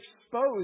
exposed